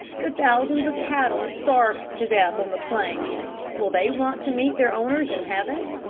the thousands of cattle starved to death on the plains will they want to meet their owners in heaven?